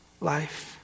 life